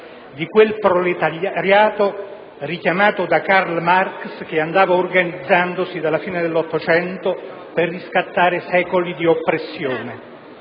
di quel proletariato richiamato da Karl Marx che andava organizzandosi dalla fine dell'ottocento per riscattare secoli di oppressione.